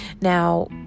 Now